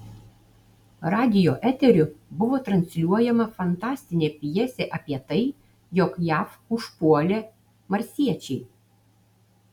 radijo eteriu buvo transliuojama fantastinė pjesė apie tai jog jav užpuolė marsiečiai